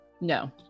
No